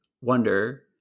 wonder